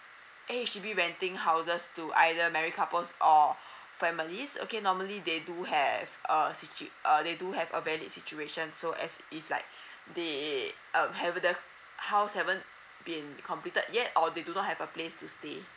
H H_D_B renting houses to either married couples or families okay normally they do have a situat~ uh they do have a valid situation so as if like they um have the house haven't been completed yet or they do not have a place to stay